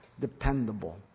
dependable